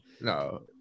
no